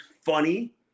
funny